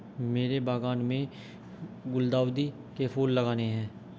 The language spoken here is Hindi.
मेरे बागान में गुलदाउदी के फूल लगाने हैं